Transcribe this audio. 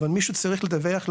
אבל מישהו צריך לדווח למרב"ד,